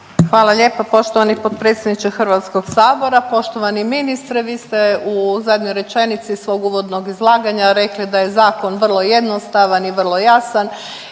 Hvala lijepa poštovani potpredsjedniče Hrvatskog sabora, poštovani ministre. Vi ste u zadnjoj rečenici svog uvodnog izlaganja rekli da je zakon vrlo jednostavan i vrlo jasan